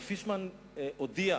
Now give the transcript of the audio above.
מר פישמן הודיע,